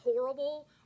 horrible